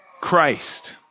Christ